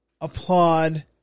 applaud